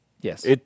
Yes